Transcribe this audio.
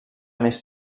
més